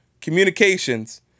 Communications